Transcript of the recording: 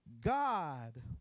God